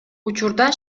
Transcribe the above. учурда